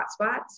hotspots